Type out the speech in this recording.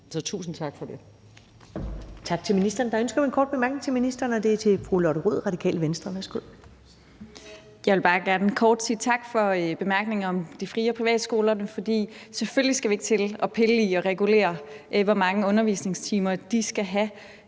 tusind tak for det.